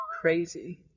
crazy